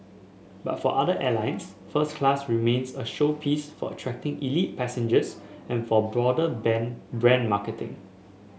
but for other airlines first class remains a showpiece for attracting elite passengers and for broader band brand marketing